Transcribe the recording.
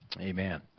Amen